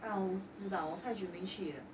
ya 我知道太久没去了